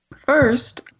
first